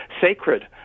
sacred